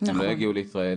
הם לא יגיעו לישראל,